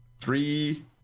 three